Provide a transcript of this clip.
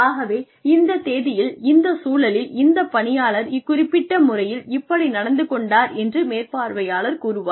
ஆகவே இந்த தேதியில் இந்த சூழலில் இந்த பணியாளர் இக்குறிப்பிட்ட முறையில் இப்படி நடந்து கொண்டார் என்று மேற்பார்வையாளர் கூறுவார்